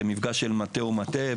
למפגש של מטה מול מטה,